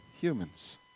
humans